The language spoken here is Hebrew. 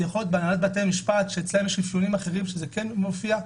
יכול להיות שלהנהלת בתי המשפט יש אפיונים אחרים שכן מופיעים.